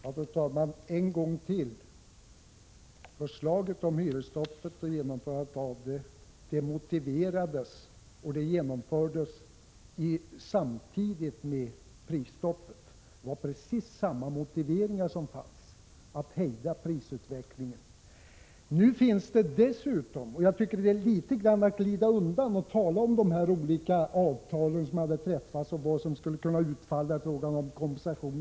Fru talman! Jag vill än en gång säga att förslaget om hyresstoppet och genomförandet av det motiverades av prisstoppet och genomfördes samtidigt som detta. Man hade samma motiveringar, dvs. att hejda prisutvecklingen. Jag tycker att statsrådet glider undan när han talar om de olika avtalen som träffats, vilken kompensation som skulle kunna utfalla, osv.